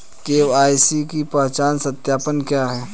KYC पहचान सत्यापन क्या है?